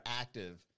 active